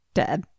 dead